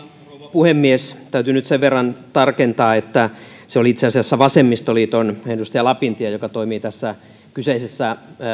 puhemies täytyy nyt sen verran tarkentaa että se oli itse asiassa vasemmistoliiton edustaja lapintie joka toimii puheenjohtajana tässä kyseisessä